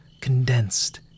condensed